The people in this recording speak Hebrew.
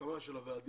הסכמה של הוועדים